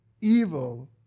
evil